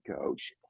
coach